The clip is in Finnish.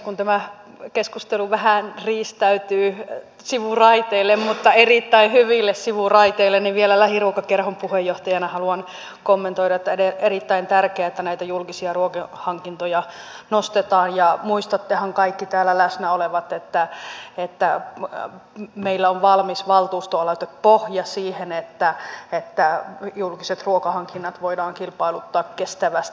kun tämä keskustelu vähän riistäytyy sivuraiteille mutta erittäin hyville sivuraiteille niin vielä lähiruokakerhon puheenjohtajana haluan kommentoida että on erittäin tärkeää että näitä julkisia ruokahankintoja nostetaan esiin ja muistattehan kaikki täällä läsnä olevat että meillä on valmis valtuustoaloitepohja siihen että julkiset ruokahankinnat voidaan kilpailuttaa kestävästi